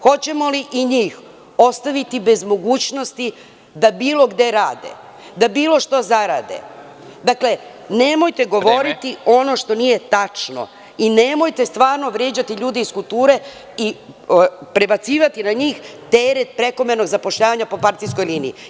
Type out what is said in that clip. Hoćemo li i njih ostaviti bez mogućnosti da bilo gde rade, da bilo šta zarade? (Predsednik: Vreme.) Nemojte govoriti ono što nije tačno i nemojte vređati ljude iz kulture i prebacivati na njih teret prekomernog zapošljavanja po partijskoj liniji.